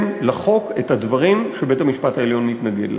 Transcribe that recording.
לחוק את הדברים שבית-המשפט העליון מתנגד להם.